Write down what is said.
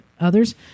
others